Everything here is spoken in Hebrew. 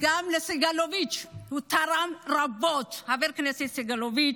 גם לסגלוביץ', הוא תרם רבות, חבר הכנסת סגלוביץ',